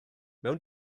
mewn